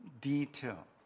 detail